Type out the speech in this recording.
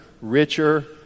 richer